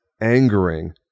angering